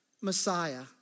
Messiah